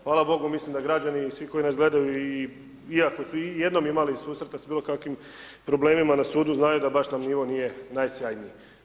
Hvala bogu, mislim da građani i svi koji nas gledaju i ako su i jednom imali susreta s bilokakvim problemima na sudu, znaju da baš nam nivo nije najsjajniji.